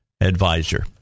Advisor